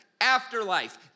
afterlife